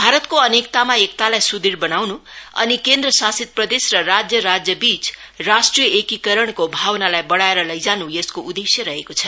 भारतको अनेकतामा एकतालाई सुदृढ बनाउनु अनि केन्द्र शासित प्रदेश र राज्य राज्यबीच राष्ट्रिय एकीकरणको भावनालाई बढ़ाएर लैजानु यसको उदेश्य रहेको छ